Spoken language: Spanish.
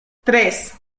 tres